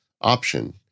option